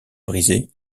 brisé